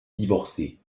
divorcé